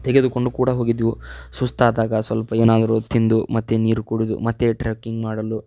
ತೆಗೆದುಕೊಂಡು ಕೂಡ ಹೋಗಿದ್ದೆವು ಸುಸ್ತಾದಾಗ ಸ್ವಲ್ಪ ಏನಾದರು ತಿಂದು ಮತ್ತೆ ನೀರು ಕುಡಿದು ಮತ್ತೆ ಟ್ರಕ್ಕಿಂಗ್ ಮಾಡಲು